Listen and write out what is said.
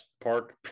Park